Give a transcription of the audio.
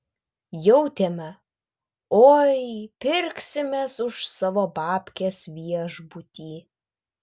jautėme oi pirksimės už savo babkes viešbutį